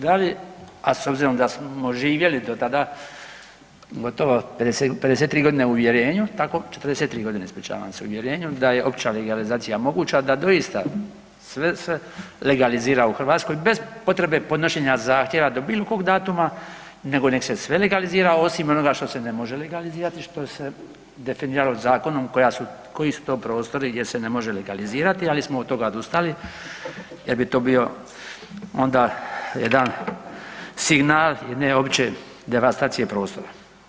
Da li, a s obzirom da smo živjeli do tada gotovo 53 godine u uvjerenju tako, 43 godine ispričavam se u uvjerenju da je opće legalizacija moguća da doista sve se legalizira u Hrvatskoj bez potrebe podnošenja zahtjeva do bilo kog datuma nego nek se sve legalizira osim onoga što se ne može legalizirati što se definiralo zakonom, koji su to prostori jer se ne može legalizirati, ali smo od toga odustali jer bi to bio onda signal jedne opće devastacije prostora.